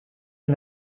une